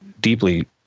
deeply